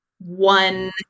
one